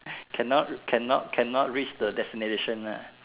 cannot cannot cannot reach the destination eh